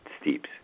steeps